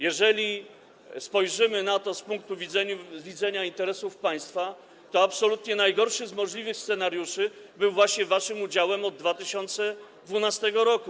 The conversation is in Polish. Jeżeli spojrzymy na to z punktu widzenia interesów państwa, to absolutnie najgorszy z możliwych scenariuszy był właśnie waszym udziałem od 2012 r.